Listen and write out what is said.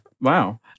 wow